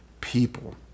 people